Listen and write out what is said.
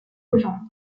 legendre